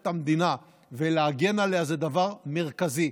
את המדינה ולהגן עליה זה דבר מרכזי.